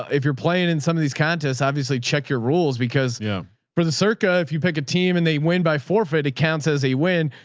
if you're playing in some of these contests, obviously check your rules because yeah for the circa, if you pick a team and they win by forfeit, it counts as a win.